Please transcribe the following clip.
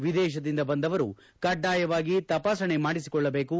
ವಿದೇಶದಿಂದ ಬಂದವರು ಕಡ್ಡಾಯವಾಗಿ ತಪಾಸಣೆ ಮಾಡಿಸಿಕೊಳ್ಳಬೇಕು